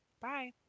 Bye